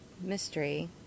mystery